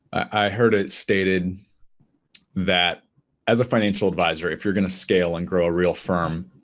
i heard it stated that as a financial advisor if you're going to scale and grow a real firm,